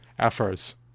efforts